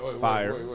fire